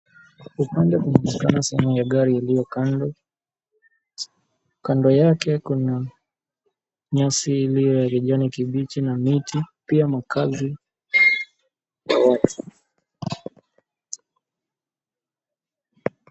Upande mwingine kama sehemu ya gari iliyo kando, kando yake kuna nyasi iliyo ya kijani kibichi pia makazi ya watu.